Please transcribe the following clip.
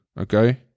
okay